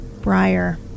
Briar